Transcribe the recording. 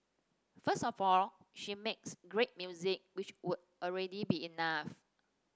first of all she makes great music which would already be enough